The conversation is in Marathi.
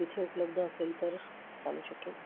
तिथे उपलब्ध असेल तर चालू शकेल